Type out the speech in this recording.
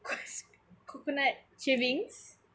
coconut shavings